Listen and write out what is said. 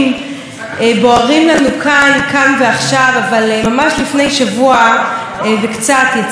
ממש לפני שבוע וקצת יצא דוח מאוד מאוד מדאיג של הפאנל